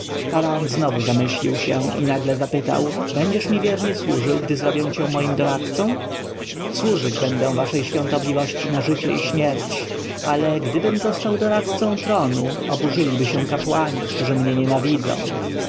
znowu zamyślił się i nagle spytał będziesz mi wiernie służył gdy zrobię cię moim doradcą służyć będę waszej świątobliwości na życie i śmierć ale gdybym został doradcą tronu oburzyliby się kapłani którzy mnie nienawidzą